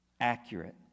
accurate